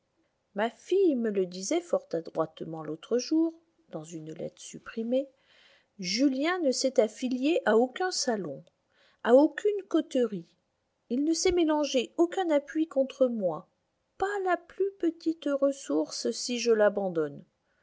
ma fille me le disait fort adroitement l'autre jour dans une lettre supprimée julien ne s'est affilié à aucun salon à aucune coterie il ne s'est ménagé aucun appui contre moi pas la plus petite ressource si je l'abandonne